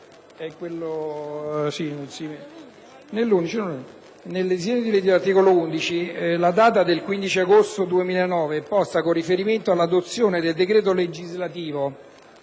11.200. All'articolo 11 la data del 15 agosto 2009 è posta con riferimento all'adozione del decreto legislativo,